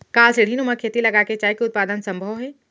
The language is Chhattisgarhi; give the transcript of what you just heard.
का सीढ़ीनुमा खेती लगा के चाय के उत्पादन सम्भव हे?